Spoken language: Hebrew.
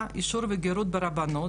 מאוד בעייתיות נגד יוצאי אתיופיה,